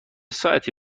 ساعتی